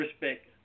respect